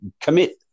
commit